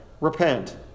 Repent